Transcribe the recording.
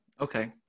okay